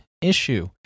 issue